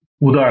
உதாரணம்